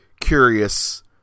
curious